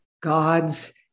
God's